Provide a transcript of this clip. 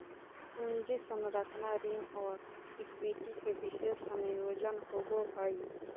पूंजी संरचना ऋण और इक्विटी के विशेष संयोजन होवो हइ